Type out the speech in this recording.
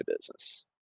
business